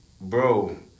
Bro